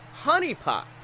honeypot